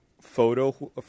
photo